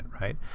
right